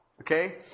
okay